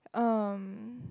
um